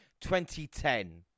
2010